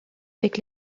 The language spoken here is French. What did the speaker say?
avec